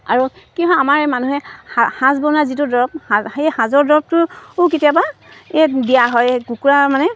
আৰু কি হয় আমাৰ এই মানুহে সা সাজ বনোৱা যিটো দৰৱ সা সেই সাজৰ দৰৱটোও কেতিয়াবা এই দিয়া হয় এই কুকুৰা মানে